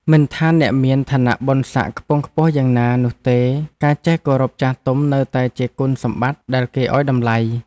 មិនថាអ្នកមានឋានៈបុណ្យសក្តិខ្ពង់ខ្ពស់យ៉ាងណានោះទេការចេះគោរពចាស់ទុំនៅតែជាគុណសម្បត្តិដែលគេឱ្យតម្លៃ។